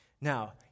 Now